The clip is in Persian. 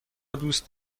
دوست